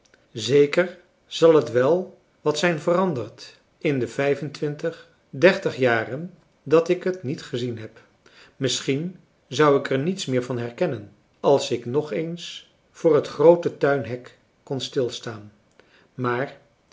zeker zal het wel wat zijn veranderd in de vijfentwintig dertig jaren dat ik het niet gezien heb misschien zou ik er niets meer van herkennen als ik nog eens voor het groote tuinhek kon stilstaan maar